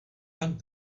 pan